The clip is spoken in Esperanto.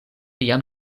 jam